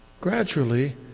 gradually